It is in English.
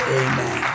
amen